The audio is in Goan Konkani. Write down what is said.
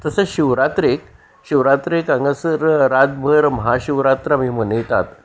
तशें शिवरात्रेक शिवरात्रेक हांगासर रातभर महाशिवरात्र आमी मनयतात